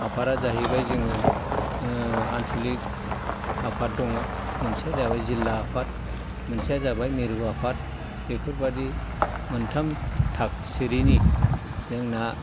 आफादा जाहैबाय जोङो आनस'लिक आफाद दङ मोनसेया जाबाय जिल्ला आफाद मोनसेया जाबाय मिरु आफाद बेफोर बायदि मोनथाम थाखो सिरिनि जोंना